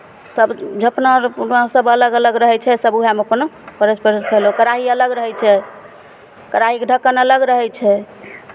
सभ झपना उपना सभ अलग अलग रहै छै सभ उएहमे अपना परसि परसि कऽ लोक कराही अलग रहै छै कराहीके ढक्कन अलग रहै छै